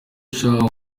chad